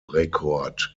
rekord